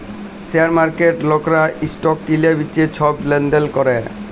share মার্কেটে লকরা stock কিলে বিঁচে ছব লেলদেল ক্যরে